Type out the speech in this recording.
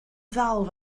ddal